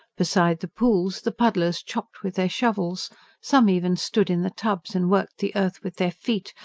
beside the pools, the puddlers chopped with their shovels some even stood in the tubs, and worked the earth with their feet,